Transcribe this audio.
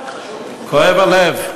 כואב הלב.